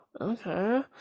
okay